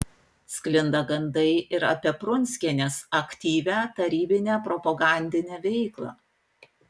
sklinda gandai ir apie prunskienės aktyvią tarybinę propagandinę veiklą